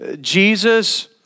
Jesus